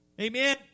Amen